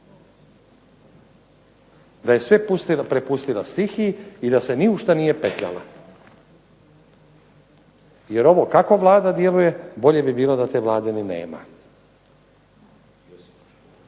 da je sve prepustila stihiji i da se ni u šta nije petljala. Jer ovo kako Vlada djeluje bolje bi bilo da te Vlade ni nema.